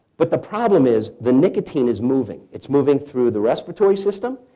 but the problem is the nicotine is moving. it's moving through the respiratory system.